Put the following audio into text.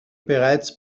bereits